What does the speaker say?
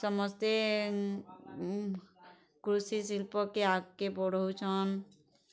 ସମସ୍ତେ କୃଷି ଶିଳ୍ପକେ ଆଗ୍କେ ବଢ଼ଉଛନ୍